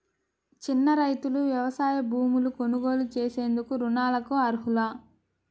చిన్న రైతులు వ్యవసాయ భూములు కొనుగోలు చేసేందుకు రుణాలకు అర్హులా?